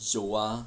有啊